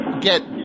get